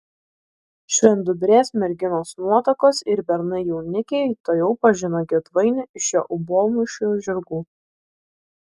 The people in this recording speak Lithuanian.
švendubrės merginos nuotakos ir bernai jaunikiai tuojau pažino girdvainį iš jo obuolmušių žirgų